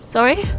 Sorry